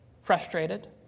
frustrated